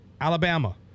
Alabama